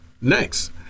Next